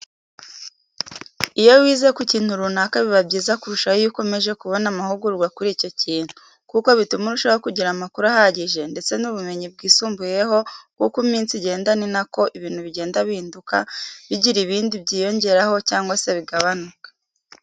Iyo wize ku kintu runaka biba byiza kurushaho iyo ukomeje kubona amahugurwa kuri icyo kintu. Kuko bituma urushaho kugira amakuru ahagije ndetse n'ubumenyi bwisumbuyeho kuko uko iminsi igenda ni na ko ibintu bigenda bihinduka bigira ibindi byiyongeraho cyangwa se bigabanuka.